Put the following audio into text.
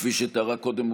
כפי שתיארה קודם,